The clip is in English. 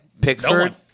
Pickford